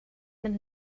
met